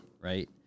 Right